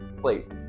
please